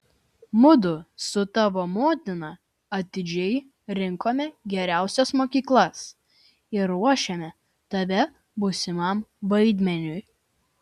mudu su tavo motina atidžiai rinkome geriausias mokyklas ir ruošėme tave būsimam vaidmeniui